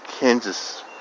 Kansas